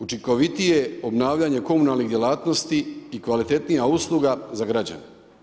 Učinkovitije obnavljanje komunalnih djelatnosti i kvalitetnija usluga za građane.